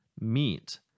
meet